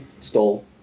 stole